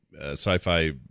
sci-fi